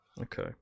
Okay